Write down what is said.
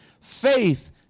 Faith